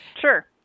sure